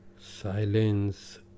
Silence